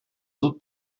autres